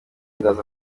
ndaza